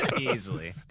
easily